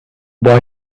boy